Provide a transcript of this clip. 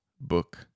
Book